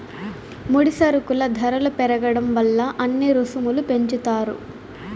ముడి సరుకుల ధరలు పెరగడం వల్ల అన్ని రుసుములు పెంచుతారు